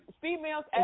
females